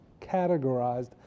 categorized